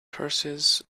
curses